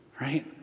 Right